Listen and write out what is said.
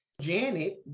Janet